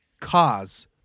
cause